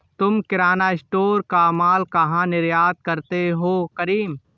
तुम किराना स्टोर का मॉल कहा निर्यात करते हो करीम?